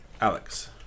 Alex